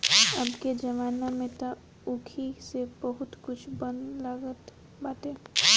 अबके जमाना में तअ ऊखी से बहुते कुछ बने लागल बाटे